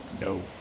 No